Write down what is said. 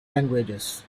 languages